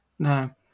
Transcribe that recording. No